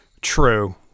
True